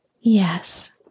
Yes